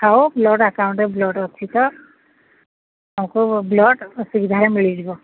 ଆଉ ବ୍ଲଡ୍ ଆକାଉଣ୍ଟରେ ବ୍ଲଡ୍ ଅଛି ତ ତୁମକୁ ବ୍ଲଡ୍ ସୁବିଧାରେ ମିଳିଯିବ